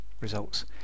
results